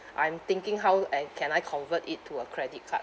I'm thinking how I can I convert it to a credit card